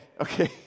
okay